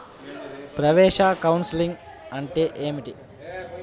ప్రవేశ కౌన్సెలింగ్ అంటే ఏమిటి?